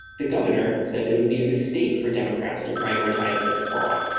the governor said that it would be a mistake for democrats to prioritize this law.